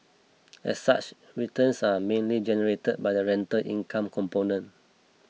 as such returns are mainly generated by the rental income component